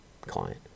client